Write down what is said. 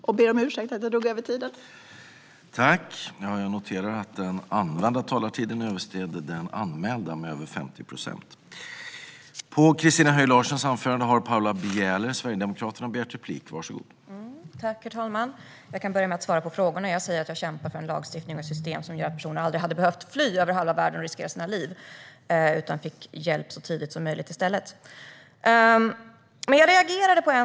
Jag ber om ursäkt för att jag drog över min talartid.